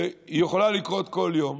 והיא יכולה לקרות כל יום,